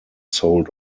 sold